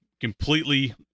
completely